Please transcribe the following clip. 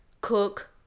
cook